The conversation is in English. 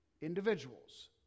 individuals